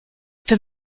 for